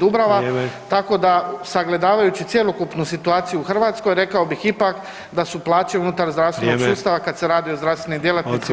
Dubrava [[Upadica Sanader: Vrijeme.]] tako da sagledavajući cjelokupnu situaciju u Hrvatskoj, rekao bih ipak da su plaće unutar zdravstvenog sustava [[Upadica Sanader: Vrijeme.]] kad se radi o zdravstvenim djelatnicima dobre.